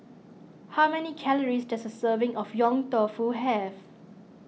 how many calories does a serving of Yong Tau Foo have